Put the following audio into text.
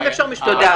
יש לי שתי שאלות.